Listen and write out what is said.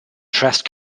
dressed